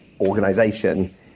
organization